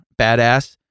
badass